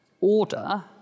Order